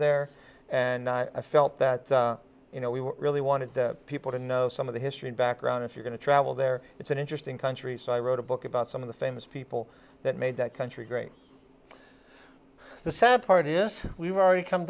there and i felt that you know we really wanted people to know some of the history and background if you're going to travel there it's an interesting country so i wrote a book about some of the famous people that made that country great the sad part is we were already come